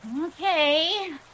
Okay